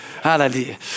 hallelujah